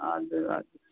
हजुर हजुर